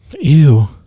Ew